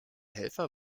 helfer